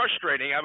frustrating